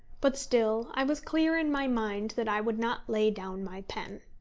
but still i was clear in my mind that i would not lay down my pen.